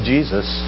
Jesus